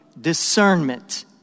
discernment